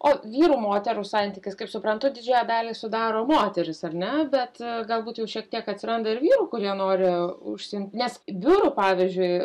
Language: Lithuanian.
o vyrų moterų santykis kaip suprantu didžiąją dalį sudaro moterys ar ne bet galbūt jau šiek tiek atsiranda ir vyrų kurie nori užsiimti nes biurų pavyzdžiui